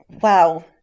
Wow